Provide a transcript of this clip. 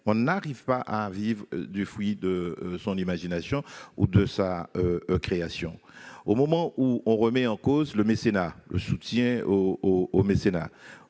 n'arrivent pas à vivre du fruit de leur imagination ou de leur création. À l'heure où l'on remet en cause le soutien au mécénat,